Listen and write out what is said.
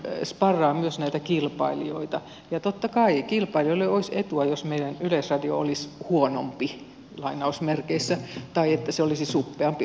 se sparraa myös näitä kilpailijoita ja totta kai kilpailijoille olisi etua jos meidän yleisradio olisi huonompi lainausmerkeissä tai se olisi suppeampi ohjelmatarjonnaltaan